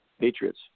Patriots